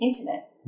internet